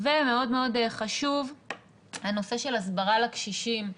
מאוד חשוב הנושא של הסברה לקשישים.